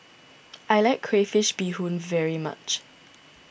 I like Crayfish BeeHoon very much